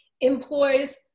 employs